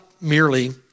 merely